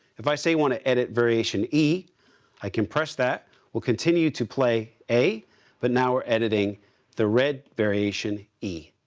if i say you want to edit variation e i can press that will continue to play a but now we're editing the red variation e.